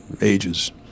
ages